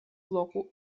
блоку